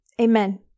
amen